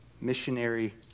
missionary